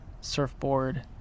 surfboard